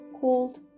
called